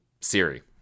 Siri